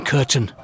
Curtain